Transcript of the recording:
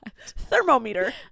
Thermometer